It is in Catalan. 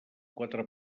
quatre